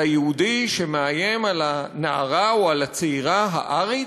היהודי שמאיים על הנערה או על הצעירה הארית?